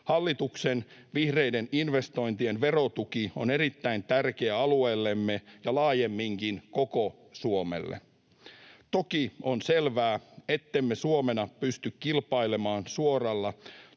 Hallituksen vihreiden investointien verotuki on erittäin tärkeä alueellemme ja laajemminkin koko Suomelle. Toki on selvää, ettemme Suomena pysty kilpailemaan suoralla